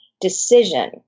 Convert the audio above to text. decision